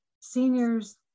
seniors